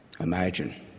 Imagine